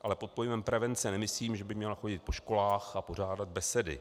Ale pod pojmem prevence nemyslím, že by měla chodit po školách a pořádat besedy.